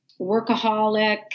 workaholic